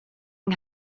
yng